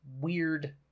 weird